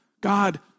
God